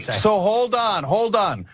so hold on, hold on.